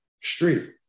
street